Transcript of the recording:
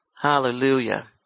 Hallelujah